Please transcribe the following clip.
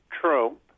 Trump